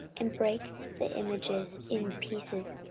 and brake the images in pieces,